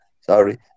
Sorry